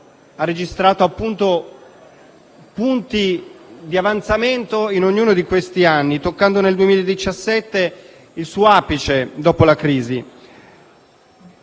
ha registrato punti di avanzamento in ognuno di questi anni, toccando nel 2017 il suo apice dopo la crisi.